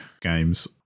games